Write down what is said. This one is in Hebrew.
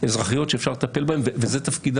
אזרחיות שאפשר לטפל בהן וזה תפקיד